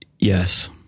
Yes